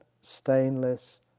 stainless